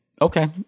okay